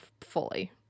fully